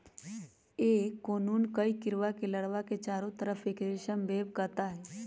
एक कोकून कई कीडड़ा के लार्वा के चारो तरफ़ एक रेशम वेब काता हई